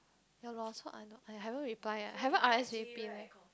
ya lor so I I haven't reply yet I haven't R_S_V_P